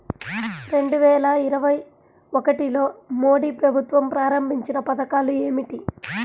రెండు వేల ఇరవై ఒకటిలో మోడీ ప్రభుత్వం ప్రారంభించిన పథకాలు ఏమిటీ?